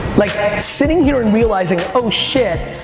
like sitting here and realizing, oh shit,